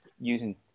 using